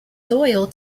loyal